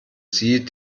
sie